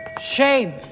Shame